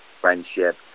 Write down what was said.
friendship